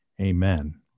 Amen